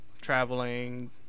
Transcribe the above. traveling